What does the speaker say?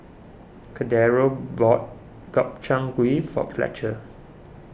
Cordero bought Gobchang Gui for Fletcher